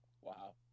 Wow